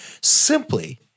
simply